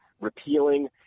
repealing